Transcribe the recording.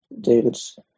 david's